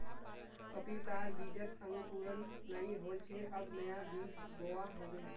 पपीतार बीजत अंकुरण नइ होल छे अब नया बीज बोवा होबे